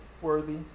worthy